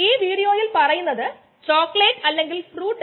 bio റിയാക്ടറിൽ നടത്താം